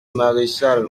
marechal